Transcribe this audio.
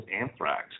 Anthrax